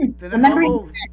remembering